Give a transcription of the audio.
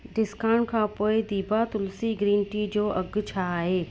discount खां पोएं दिभा तुलसी ग्रीन टी जो अघि छा आहे